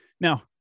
Now